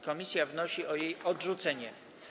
Komisja wnosi o jej odrzucenie.